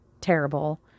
terrible